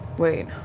wait,